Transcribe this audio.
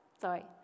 sorry